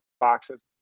boxes